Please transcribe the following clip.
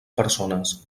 persones